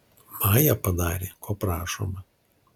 maja padarė ko prašoma